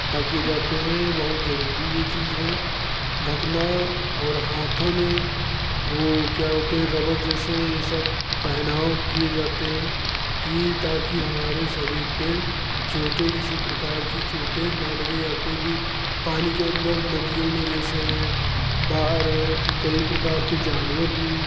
ढके जाते हैं बहुत जरूरी ये चीज हैं ढकना और हाथों में वो क्या होते हैं रबड़ जैसे ये सब पहनाव किए जाते हैं कि ताकि हमारे शरीर पे चोटें किसी प्रकार की चोटें न लगें या कोई भी पानी के अंदर नदियों में जैसे है बाहर है तो कई प्रकार के जानवर भी